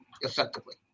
effectively